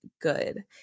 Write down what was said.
good